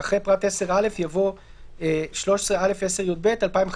איך זה עובד עם הסריקה של הברקוד והאם יש בעיות